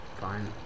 Fine